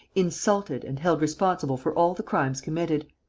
insulted and held responsible for all the crimes committed.